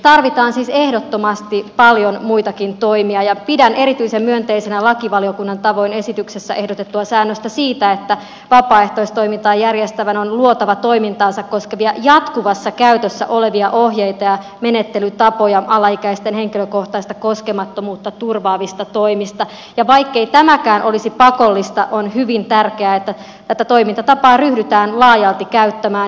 tarvitaan siis ehdottomasti paljon muitakin toimia ja pidän erityisen myönteisenä lakivaliokunnan tavoin esityksessä ehdotettua säännöstä siitä että vapaaehtoistoimintaa järjestävän on luotava toimintaansa koskevia jatkuvassa käytössä olevia ohjeita ja menettelytapoja alaikäisten henkilökohtaista koskemattomuutta turvaavista toimista ja vaikkei tämäkään olisi pakollista on hyvin tärkeää että tätä toimintatapaa ryhdytään laajalti käyttämään